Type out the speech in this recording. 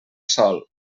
sol